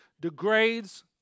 degrades